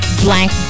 blank